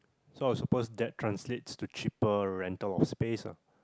so I would suppose that translates to cheaper rental of space ah